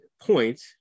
point